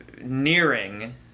nearing